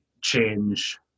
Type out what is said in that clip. change